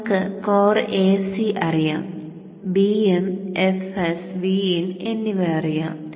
നമുക്ക് core Ac അറിയാം Bm fs Vin എന്നിവ അറിയാം